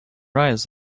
rise